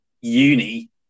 uni